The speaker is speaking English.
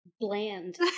Bland